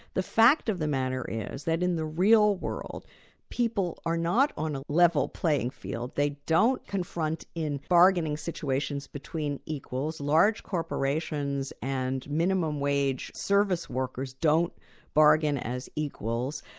the fact of the matter is that in the real world people are not on a level playing field. they don't confront in bargaining situations between equals. large corporations and minimum-wage service workers don't bargain as equals.